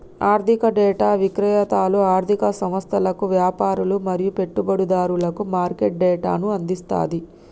ఆర్థిక డేటా విక్రేతలు ఆర్ధిక సంస్థలకు, వ్యాపారులు మరియు పెట్టుబడిదారులకు మార్కెట్ డేటాను అందిస్తది